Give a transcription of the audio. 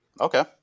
Okay